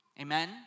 Amen